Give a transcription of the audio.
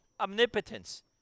omnipotence